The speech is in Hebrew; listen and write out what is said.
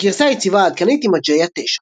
הגרסה היציבה העדכנית היא Mageia 9.